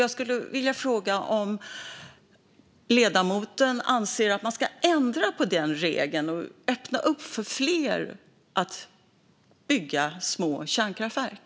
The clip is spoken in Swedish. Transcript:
Jag skulle vilja fråga om ledamoten anser att man ska ändra den regeln och öppna upp för fler att bygga små kärnkraftverk.